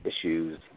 issues